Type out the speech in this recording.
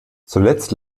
zuletzt